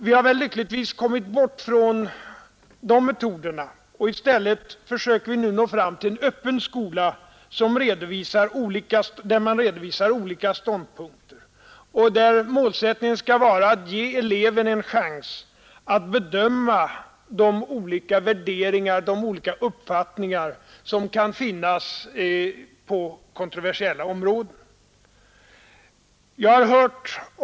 Vi har väl lyckligtvis kommit bort från de metoderna. I stället försöker vi nu na fram till en öppen skola, där man redovisar olika ståndpunkter och där målsättningen skall vara att ge eleven en chans att bedöma de olika värderingar och uppfattningar som kan finnas på kontroversiella områden.